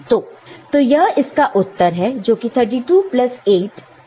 तो यह इसका उत्तर है जोकि 32 प्लस 8 जिसका मूल्य 40 है